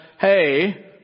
hey